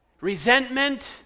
resentment